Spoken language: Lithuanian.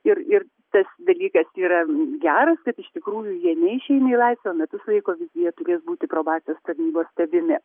ir ir tas dalykas yra geras kad iš tikrųjų jie neišeina į laisvę metus laiko jie turės būti probacijos tarnybos stebimi